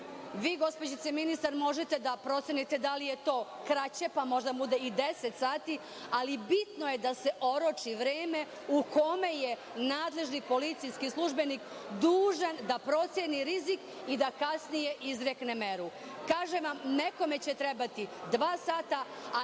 Vi, gospođice ministar možete da procenite da li je to kraće, pa možda bude i deset sati, ali bitno je da se oroči vreme u kome je nadležni policijski službenik dužan da proceni rizik i da kasnije izrekne meru. Kažem vam, nekome će trebati dva sata,